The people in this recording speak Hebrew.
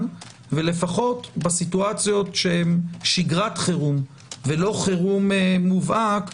ולפחות במצבים שהם שגרת חירום ולא חירום מובהק,